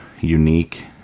unique